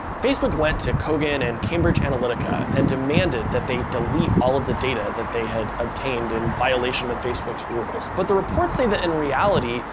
facebook went to kogan and cambridge analytica and demanded that they delete all of the data that they had obtained in violation of facebook's rules. but the reports say that, in reality,